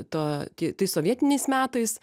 ta tais sovietiniais metais